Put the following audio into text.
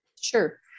Sure